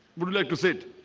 would like to say